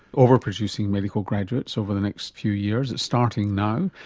over-producing medical graduates over the next few years. it's starting now.